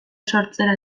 sortzera